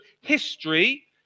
history